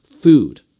food